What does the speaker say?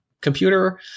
computer